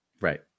Right